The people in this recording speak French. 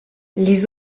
les